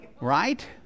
Right